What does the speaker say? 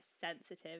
sensitive